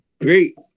great